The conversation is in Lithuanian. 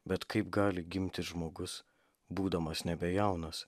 bet kaip gali gimti žmogus būdamas nebejaunas